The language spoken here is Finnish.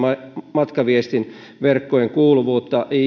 matkaviestinverkkojen kuuluvuutta